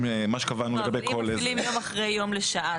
שקבענו --- אבל אם מפעילים יום אחרי יום לשעה,